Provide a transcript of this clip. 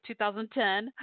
2010